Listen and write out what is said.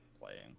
playing